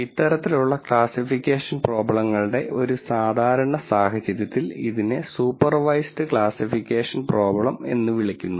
ഇത്തരത്തിലുള്ള ക്ലാസ്സിഫിക്കേഷൻ പ്രോബ്ലങ്ങളുടെ ഒരു സാധാരണ സാഹചര്യത്തിൽ ഇതിനെ സൂപ്പർവൈസ്ഡ് ക്ലാസ്സിഫിക്കേഷൻ പ്രോബ്ലം എന്ന് വിളിക്കുന്നു